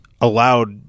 allowed